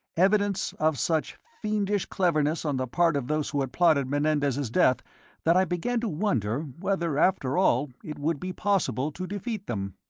evidence of such fiendish cleverness on the part of those who had plotted menendez's death that i began to wonder whether after all it would be possible to defeat them.